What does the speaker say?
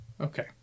Okay